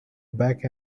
back